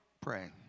pray